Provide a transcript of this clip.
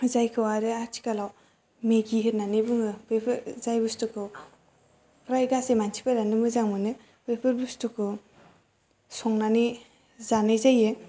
जायखौ आरो आथिखालाव मेगि होननानै बुङो बेफोर जाय बुस्तुखौ फ्राय गासै मानसिफोरानो मोजां मोनो बेफोर बुस्तुखौ संनानै जानाय जायो